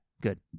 good